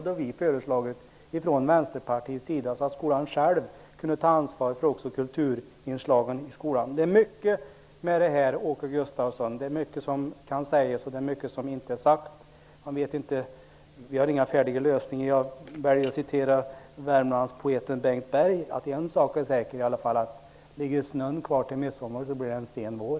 Detta har vi i Vänsterpartiet föreslaget. Härigenom får skolorna själva möjlighet att ta ansvar för kulturinslagen i skolan. Det är mycket som kan sägas i den här frågan, Åke Gustavsson, och det mycket som inte har blivit sagt. Vi har inga färdiga lösningar, och jag vill citera Värmlandspoeten Bengt Berg: En sak är i alla fall säker -- om snön ligger kvar till midsommar blir det en sen vår.